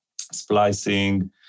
splicing